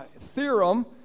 theorem